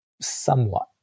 somewhat